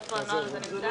איפה הנוהל הזה נמצא?